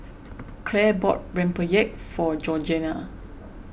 Clair bought Rempeyek for Georgiana